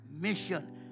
Mission